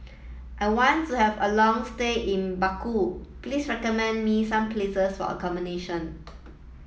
I wants have a long stay in Baku please recommend me some places for accommodation